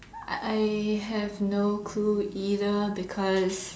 I I have no clue either because